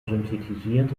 synthetisiert